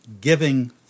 giving